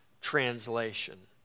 translation